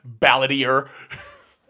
balladier